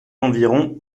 environ